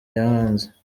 yahanze